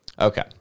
okay